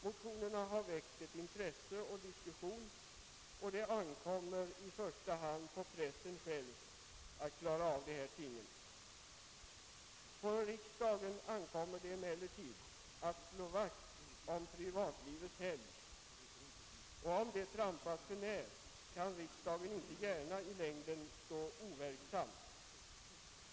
Motionerna har väckt intresse och diskussion, och det ankommer i första hand på pressen själv att klara av dessa ting. Riksdagen har emellertid att slå vakt om privatlivets helgd, och om den inte respekteras, kan riksdagen inte gärna i längden stå overksam.